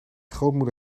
grootmoeder